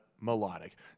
melodic